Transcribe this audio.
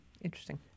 Interesting